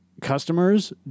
Customers